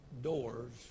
doors